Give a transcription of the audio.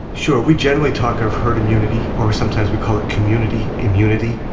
sure. we general talk of herd immunity, or sometimes we call it community immunity,